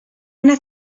una